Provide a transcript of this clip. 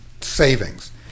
savings